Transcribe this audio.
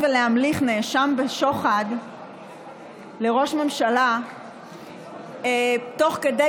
להמליך נאשם בשוחד לראש ממשלה תוך כדי